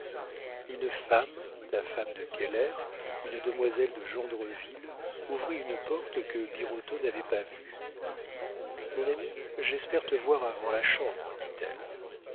une femme la femme de keller une demoiselle de gendreville ouvrit une porte que birotteau n'avait pas vue mon ami j'espère te voir avant la chambre dit-elle